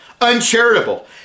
uncharitable